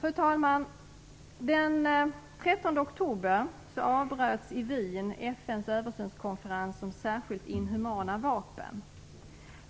Fru talman! Den 13 oktober avbröts i Wien FN:s översynskonferens om särskilt inhumana vapen.